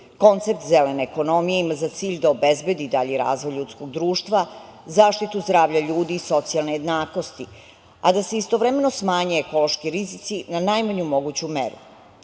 Koncept "Zelene ekonomije" ima za cilj da obezbedi dalji razvoj ljudskog društva, zaštitu zdravlja ljudi i socijalne jednakosti, a da se istovremeno smanje ekološki rizici na najmanju moguću meru.